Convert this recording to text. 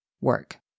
work